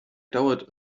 dauert